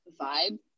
vibe